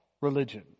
religion